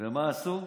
ומה עשו?